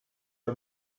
are